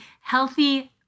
healthy